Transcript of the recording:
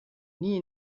nie